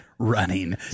Running